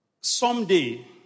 Someday